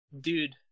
Dude